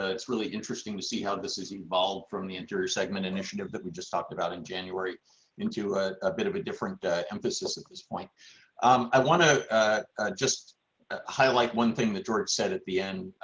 ah it's really interesting to see how this is evolved from the interior segment initiative that we just talked about in january into a bit of a different emphasis at this point i want to just highlight one thing that george said at the end.